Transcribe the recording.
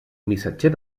missatger